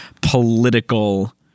political